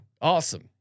Awesome